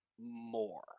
more